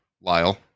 Lyle